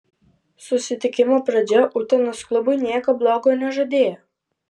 susitikimo pradžia utenos klubui nieko blogo nežadėjo